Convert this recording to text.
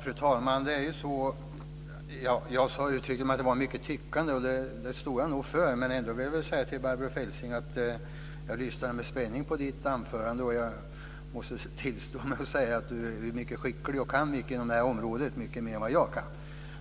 Fru talman! Jag står för att jag sade att det var mycket tyckande. Jag lyssnade med spänning på Barbro Feltzings anförande. Jag måste tillstå att hon är mycket skicklig och kan mycket mer inom det här området än vad jag kan.